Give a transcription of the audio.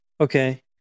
Okay